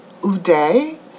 Uday